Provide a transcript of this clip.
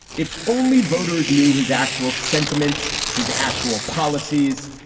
if only voters knew his actual sentiments, his actual policies,